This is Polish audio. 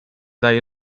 daje